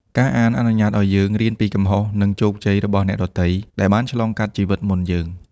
ការអានអនុញ្ញាតឱ្យយើង រៀនពីកំហុស និងជោគជ័យរបស់អ្នកដទៃ ដែលបានឆ្លងកាត់ជីវិតមុនយើង។